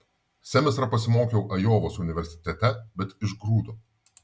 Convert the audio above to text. semestrą pasimokiau ajovos universitete bet išgrūdo